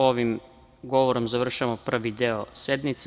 Ovim govorom završavamo prvi deo sednice.